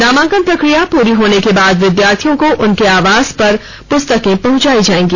नामांकन प्रक्रिया पूरी होने के बाद विद्यार्थियों को उनके आवास पर पुस्तक पहुंचाया जाएगा